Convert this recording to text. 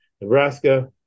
Nebraska